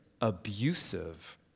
abusive